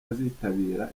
azitabira